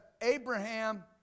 Abraham